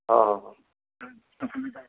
অঁ অঁ অঁ